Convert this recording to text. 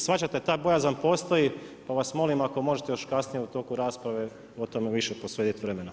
Shvaćate, ta bojazan postoji, pa vas molim ako možete još kasnije u toku rasprave o tome više posvetiti vremena.